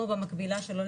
או במקבילה של,